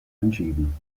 anschieben